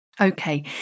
Okay